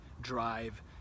drive